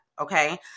Okay